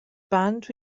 band